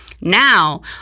Now